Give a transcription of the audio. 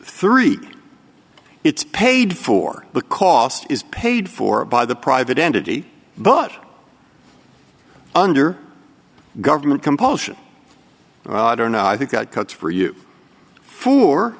three it's paid for the cost is paid for by the private entity but under government compulsion well i don't know i think that cuts for you for